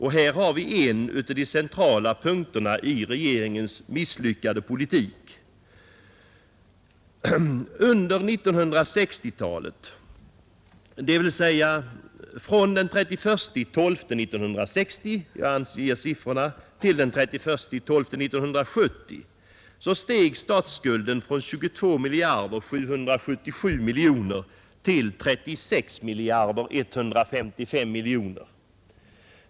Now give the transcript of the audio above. Här har vi en av de centrala punkterna i regeringens misslyckade politik. Under 1960-talet, dvs. från den 31 december 1960 till den 31 december 1970, steg statsskulden från 22 770 miljoner till 36 155 miljoner.